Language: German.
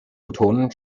betonen